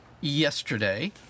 yesterday